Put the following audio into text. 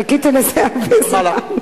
חיכיתי לזה הרבה זמן.